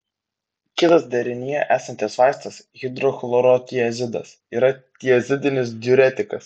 kitas derinyje esantis vaistas hidrochlorotiazidas yra tiazidinis diuretikas